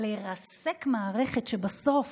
לרסק מערכת שבסוף